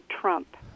Trump